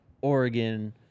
Oregon